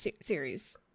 series